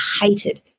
hated